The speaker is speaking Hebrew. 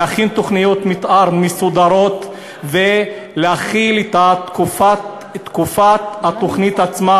להכין תוכניות מתאר מסודרות ולהחיל את תקופת התוכנית עצמה,